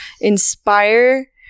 inspire